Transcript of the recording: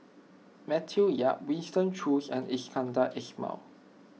Matthew Yap Winston Choos and Iskandar Ismail